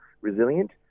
resilient